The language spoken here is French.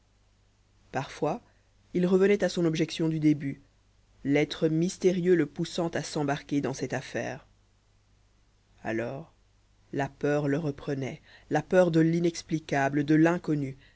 parfois il revenait à son objection du début l'être mystérieux le poussant à s'embarquer dans cette affaire alors la peur le reprenait la peur de l'inexplicable de l'inconnu